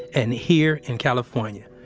and here in california.